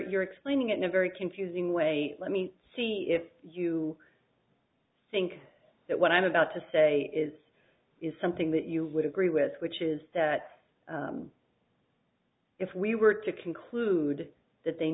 you're explaining it in a very confusing way let me see if you think that what i'm about to say is is something that you would agree with which is that if we were to conclude that they